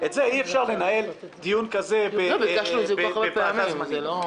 אי אפשר לנהל דיון כזה בוועדה זמנית.